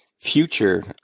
future